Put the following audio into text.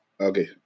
Okay